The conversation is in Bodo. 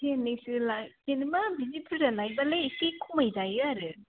सेरनैसो लायो जेनोबा बिदि बुरजा लायोबालाय एसे खमाय जायो आरो